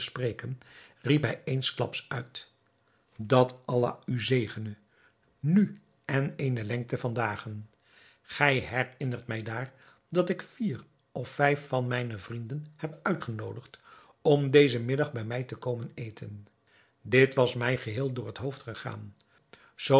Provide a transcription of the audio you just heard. spreken riep hij eensklaps uit dat allah u zegene nu en eene lengte van dagen gij herinnert mij daar dat ik vier of vijf van mijne vrienden heb uitgenoodigd om dezen middag bij mij te komen eten dit was mij geheel door het hoofd gegaan